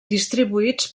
distribuïts